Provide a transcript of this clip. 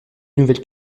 nouvelles